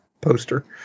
poster